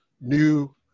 new